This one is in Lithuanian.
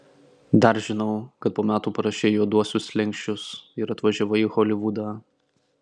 dar žinau kad po metų parašei juoduosius slenksčius ir atvažiavai į holivudą